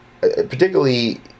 particularly